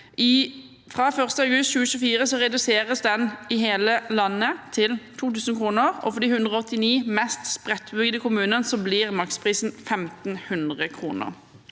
Fra 1. august 2024 reduseres den i hele landet til 2 000 kr, og for de 189 mest spredtbygde kommunene blir maksprisen 1 500 kr.